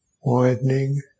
widening